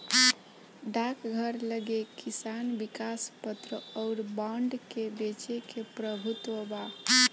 डाकघर लगे किसान विकास पत्र अउर बांड के बेचे के प्रभुत्व बा